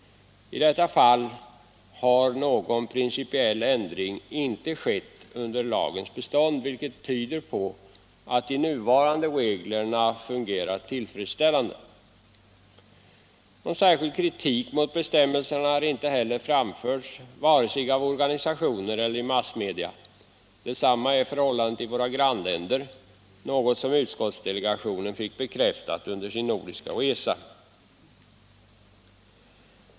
I detta fall har någon principiell ändring inte skett under lagens bestånd, vilket tyder på att de nuvarande reglerna fungerat tillfredsställande. Någon särskild kritik mot bestämmelserna har inte heller framförts vare sig av organisationer eller i massmedia. Detsamma är förhållandet i våra grannländer, något som utskottsdelegationen fick bekräftat under den nordiska resan.